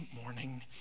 morning